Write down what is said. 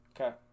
Okay